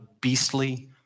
beastly